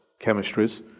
chemistries